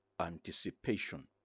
anticipation